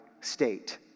state